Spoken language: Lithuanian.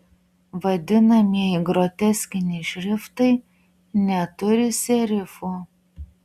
vadinamieji groteskiniai šriftai neturi serifų